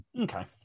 Okay